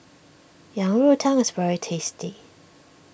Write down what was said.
Yang Rou Tang is very tasty